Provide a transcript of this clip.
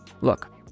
look